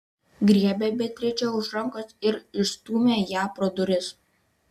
griebė beatričę už rankos ir išstūmė ją pro duris